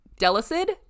Delicid